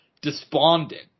despondent